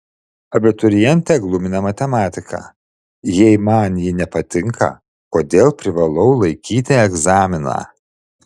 abiturientę glumina matematika jei man ji nepatinka kodėl privalau laikyti egzaminą